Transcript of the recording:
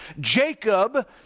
Jacob